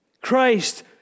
Christ